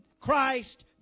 Christ